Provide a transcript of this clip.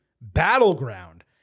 Battleground